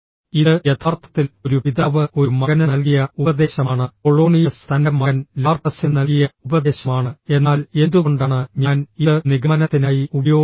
ഇത് യഥാർത്ഥത്തിൽ ഒരു പിതാവ് ഒരു മകന് നൽകിയ ഉപദേശമാണ് പൊളോണിയസ് തന്റെ മകൻ ലാർട്ടസിന് നൽകിയ ഉപദേശമാണ് എന്നാൽ എന്തുകൊണ്ടാണ് ഞാൻ ഇത് നിഗമനത്തിനായി ഉപയോഗിക്കുന്നത്